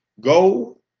Go